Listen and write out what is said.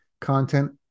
content